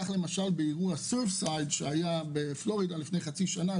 כך למשל באסון קריסת Surfside בפלורידה לפני כחצי שנה,